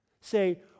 say